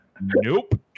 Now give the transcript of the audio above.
nope